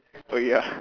oh ya